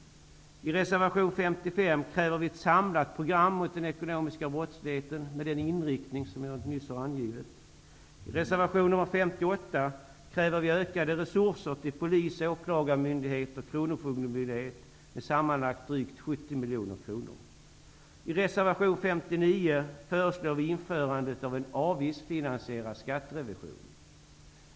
I reservation 55 kräver vi ett samlat program mot den ekonomiska brottsligheten med den inriktning som jag nyss har angivit. I reservation 58 kräver vi ökade resurser till polis, åklagarmyndighet och kronofogdemyndighet med sammanlagt drygt 70 miljoner kronor. I reservation 59 föreslår vi införande av en avgiftsfinansierad skatterevision.